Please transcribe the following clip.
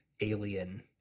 alien